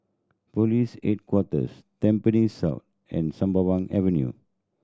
Police Headquarters Tampines South and Sembawang Avenue